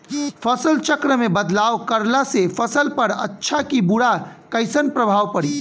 फसल चक्र मे बदलाव करला से फसल पर अच्छा की बुरा कैसन प्रभाव पड़ी?